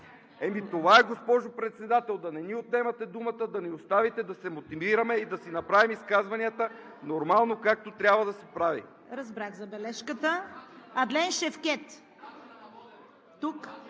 Ами това е, госпожо Председател – да не ни отнемате думата, да ни оставите да се мотивираме и да направим изказванията си нормално, както трябва да се прави.